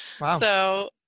Wow